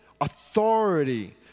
authority